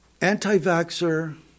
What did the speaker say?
Anti-vaxxer